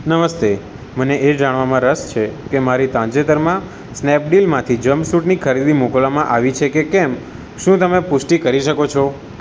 નમસ્તે મને એ જાણવામાં રસ છે કે મારી તાજેતરમાં સ્નેપડીલમાંથી જંપસૂટની ખરીદી મોકલવામાં આવી છે કે કેમ શું તમે પુષ્ટિ કરી શકો છો